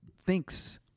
thinks